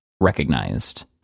recognized